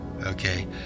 okay